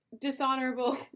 Dishonorable